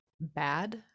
bad